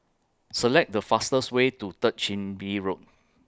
Select The fastest Way to Third Chin Bee Road